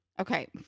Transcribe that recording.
okay